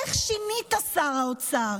איך שינית, שר האוצר?